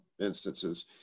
instances